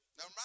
Now